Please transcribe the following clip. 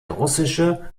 russische